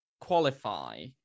qualify